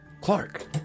Clark